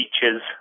features